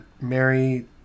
mary